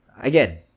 again